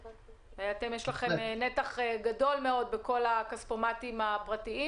יש לכם נתח גדול מאוד בכל הכספומטים הפרטיים